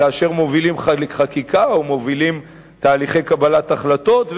כאשר מובילים חקיקה או מובילים תהליכי קבלת החלטות,